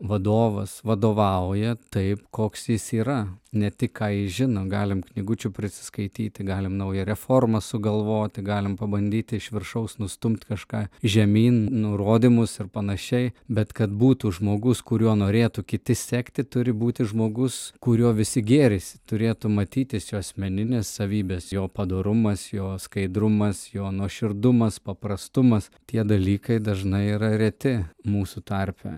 vadovas vadovauja taip koks jis yra ne tik ką jis žino galim knygučių prisiskaityti galim naują reformą sugalvoti galim pabandyti iš viršaus nustumt kažką žemyn nurodymus ir panašiai bet kad būtų žmogus kuriuo norėtų kiti sekti turi būti žmogus kuriuo visi gėrisi turėtų matytis jo asmeninės savybės jo padorumas jo skaidrumas jo nuoširdumas paprastumas tie dalykai dažnai yra reti mūsų tarpe